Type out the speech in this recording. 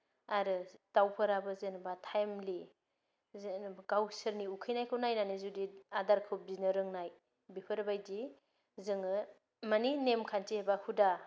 आरो दाउफोराबो जेनबा थाइमलि जेनबा गावसोरनि उखैनायखौ नायनानै जुदि आदारखौ बिनो रोंनाय बेफोरबायदि जोङो माने नेम खान्थि एबा हुदा